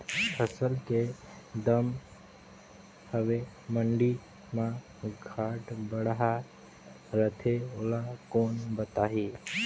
फसल के दम हवे मंडी मा घाट बढ़ा रथे ओला कोन बताही?